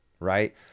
right